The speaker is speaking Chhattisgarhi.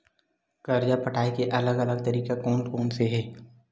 कर्जा पटाये के अलग अलग तरीका कोन कोन से हे?